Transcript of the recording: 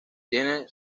tiene